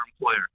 employer